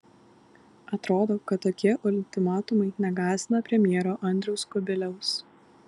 atrodo kad tokie ultimatumai negąsdina premjero andriaus kubiliaus